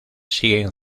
siguen